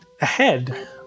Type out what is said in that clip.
ahead